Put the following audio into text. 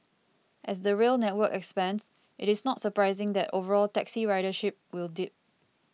as the rail network expands it is not surprising that overall taxi ridership will dip